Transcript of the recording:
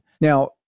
Now